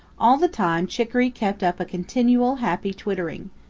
all the time chicoree kept up a continual happy twittering,